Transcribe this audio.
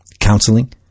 counseling